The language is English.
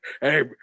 hey